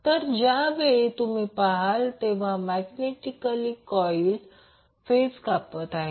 तर ज्या वेळी तुम्ही पहाल तेव्हा मॅग्नेटिक कॉइलची फेज कापत आहे